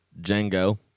Django